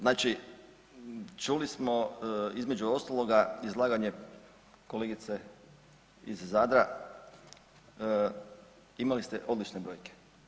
Znači čuli smo između ostaloga izlaganje kolegice iz Zadra, imali ste odlične brojke.